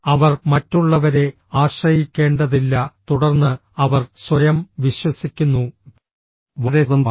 അവർ മറ്റുള്ളവരെ ആശ്രയിക്കേണ്ടതില്ല തുടർന്ന് അവർ സ്വയം വിശ്വസിക്കുന്നു വളരെ സ്വതന്ത്രമായി